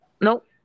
Nope